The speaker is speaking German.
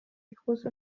große